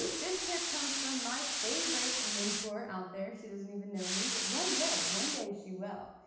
this tip comes from my favorite mentor out there. she doesn't even know me, but one day, one day she will,